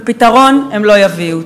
ופתרון הם לא יביאו.